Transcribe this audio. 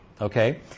okay